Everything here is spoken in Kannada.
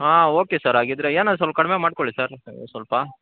ಹಾಂ ಓಕೆ ಸರ್ ಹಾಗಿದ್ದರೆ ಏನೋ ಸ್ವಲ್ಪ ಕಡಿಮೆ ಮಾಡ್ಕೊಳ್ಳಿ ಸರ್ ಸ್ವಲ್ಪ